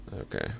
Okay